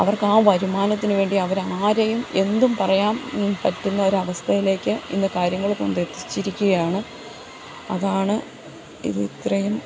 അവർക്ക് ആ വരുമാനത്തിന് വേണ്ടി അവർ ആരെയും എന്തും പറയാൻ പറ്റുന്ന ഒരു അവസ്ഥയിലേക്ക് ഇന്ന് കാര്യങ്ങൾ കൊണ്ട് എത്തിച്ചിരിക്കയാണ് അതാണ് ഇത് ഇത്രയും